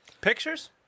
pictures